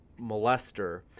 molester